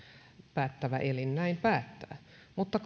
päättävä elin näin päättää mutta